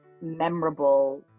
memorable